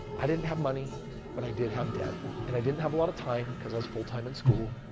i didn't have money but i did have debt. and i didn't have a lot of time because i was full-time in school.